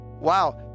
Wow